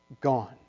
gone